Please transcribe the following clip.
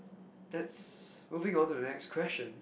that's moving on to the next question